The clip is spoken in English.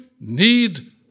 need